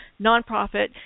nonprofit